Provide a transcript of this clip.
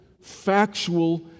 factual